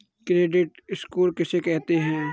Credit score किसे कहते हैं?